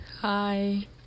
hi